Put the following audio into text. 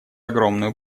огромную